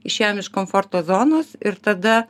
išėjom iš komforto zonos ir tada